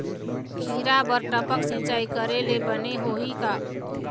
खिरा बर टपक सिचाई करे ले बने होही का?